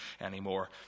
anymore